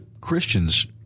Christians